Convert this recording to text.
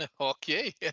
Okay